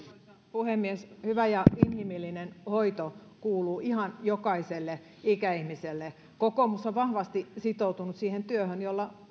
puhemies hyvä ja inhimillinen hoito kuuluu ihan jokaiselle ikäihmiselle kokoomus on vahvasti sitoutunut siihen työhön jolla